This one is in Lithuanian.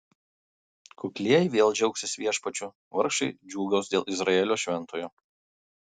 kuklieji vėl džiaugsis viešpačiu vargšai džiūgaus dėl izraelio šventojo